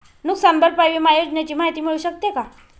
नुकसान भरपाई विमा योजनेची माहिती मिळू शकते का?